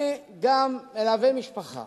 אני גם מלווה משפחה